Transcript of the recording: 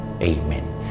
Amen